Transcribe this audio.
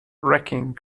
wrecking